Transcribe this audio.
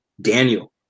Daniel